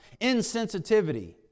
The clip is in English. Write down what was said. insensitivity